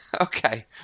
Okay